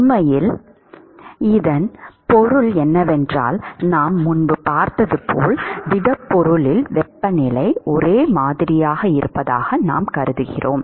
உண்மையில் இதன் பொருள் என்னவென்றால் நாம் முன்பு பார்த்தது போல் திடப்பொருளில் வெப்பநிலை ஒரே மாதிரியாக இருப்பதாக நாம் கருதுகிறோம்